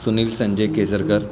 Sunil Sanjay Kejarkar